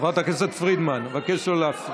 חברת הכנסת פרידמן, אני מבקש לא להפריע.